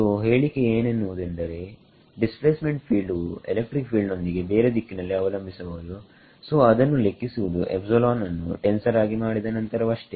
ಸೋಹೇಳಿಕೆ ಏನೆನ್ನುವುದೆಂದರೆ displacement field ವು electric field ನೊಂದಿಗೆ ಬೇರೆ ದಿಕ್ಕಿನಲ್ಲಿ ಅವಲಂಬಿಸಬಹುದು ಸೋಅದನ್ನು ಲೆಕ್ಕಿಸುವುದು ಅನ್ನು ಟೆನ್ಸರ್ ಆಗಿ ಮಾಡಿದ ನಂತರವಷ್ಟೇ